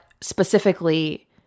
specifically